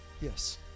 Yes